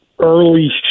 early